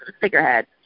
figurehead